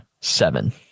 seven